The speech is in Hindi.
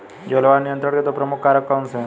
जलवायु नियंत्रण के दो प्रमुख कारक कौन से हैं?